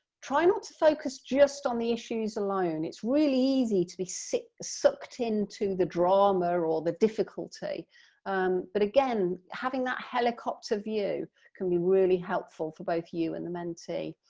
try not to focus just on the issues alone, it's really easy to be sucked sucked into the drama, or ah the difficulty but again having that helicopter view can be really helpful for both you and the mentee.